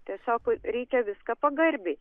tiesiog reikia viską pagarbiai